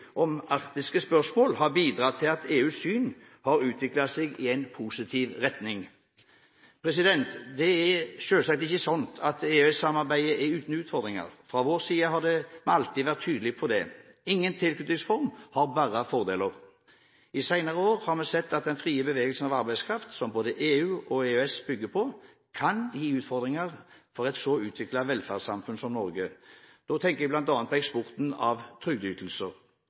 om arktiske spørsmål har bidratt til at EUs syn har utviklet seg i en positiv retning. Det er selvsagt ikke slik at EØS-samarbeidet er uten utfordringer. Fra vår side har vi alltid vært tydelige på det. Ingen tilknytningsform har bare fordeler. I de senere år har vi sett at den frie bevegelsen av arbeidskraft som både EU og EØS bygger på, kan gi utfordringer for et så utviklet velferdssamfunn som Norge. Da tenker jeg bl.a. på eksporten av trygdeytelser.